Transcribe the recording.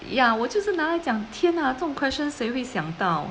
ya 我就是拿来讲天啊这种 question 谁会想到